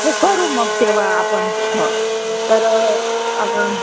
हो करू मग तेव्हा आपण हो तर